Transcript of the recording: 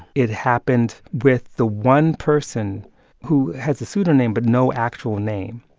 it happened with the one person who has a pseudo name but no actual name.